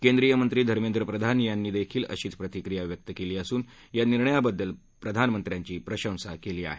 केंद्रीय मंत्री धर्मेंद्र प्रधान यांनीही अशीच प्रतिक्रिया व्यक्त केली असून या निर्णयाबद्दल प्रधानमंत्र्यांची प्रशंसा केली आहे